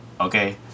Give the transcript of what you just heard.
Okay